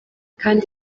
kandi